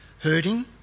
hurting